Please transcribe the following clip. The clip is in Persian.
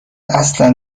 اصلا